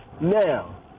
Now